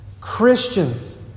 Christians